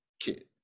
kid